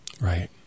Right